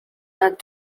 had